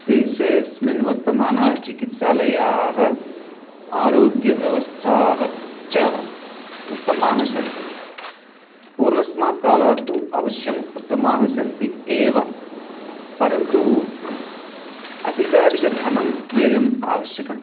देशेऽस्मिन् वर्तमानाः चिकित्सालयाः आरोग्यव्यवस्थाः च उत्तमाः सन्ति पूर्वस्मात् कालात् तु अवश्यम् उत्तमाः सन्ति एव परन्तु अधिकाधिकं धनव्ययम् आवश्यकम्